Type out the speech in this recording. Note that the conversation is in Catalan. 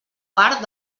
part